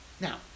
Now